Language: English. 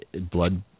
blood